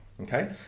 Okay